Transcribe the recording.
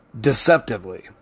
deceptively